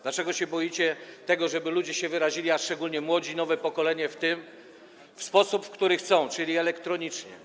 Dlaczego się boicie tego, żeby ludzie się wyrazili - a szczególnie młodzi, nowe pokolenie - w sposób, w który chcą, czyli elektronicznie?